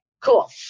cool